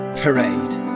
Parade